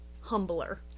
humbler